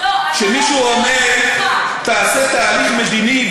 כשמישהו אומר: תעשה תהליך מדיני,